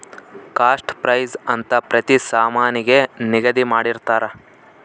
cost price ಅಂತ ಪ್ರತಿ ಸಾಮಾನಿಗೆ ನಿಗದಿ ಮಾಡಿರ್ತರ